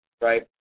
right